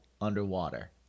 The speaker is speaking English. underwater